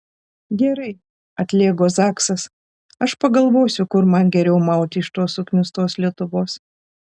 gerai atlėgo zaksas aš pagalvosiu kur man geriau mauti iš tos suknistos lietuvos